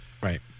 right